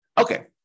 Okay